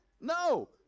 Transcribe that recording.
No